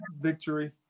victory